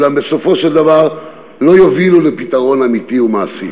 ובסופו של דבר לא יובילו לפתרון אמיתי ומעשי,